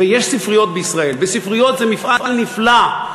ויש ספריות בישראל, וספריות זה מפעל נפלא.